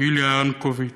איליה ארנקרנץ,